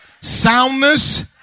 soundness